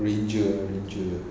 ranger one ranger